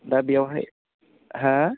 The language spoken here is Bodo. दा बेयावहाय हा